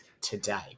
today